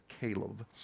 Caleb